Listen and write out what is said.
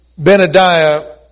Benadiah